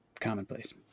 commonplace